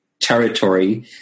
territory